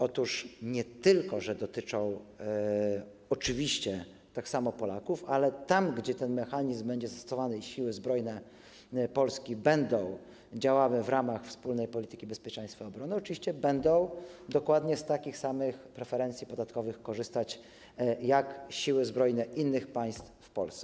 Otóż nie tylko dotyczą oczywiście tak samo Polaków, ale tam, gdzie ten mechanizm będzie stosowany i Siły Zbrojne Polski będą działały w ramach wspólnej polityki bezpieczeństwa i obrony, oczywiście będą dokładnie z takich samych preferencji podatkowych korzystać jak siły zbrojne innych państw w Polsce.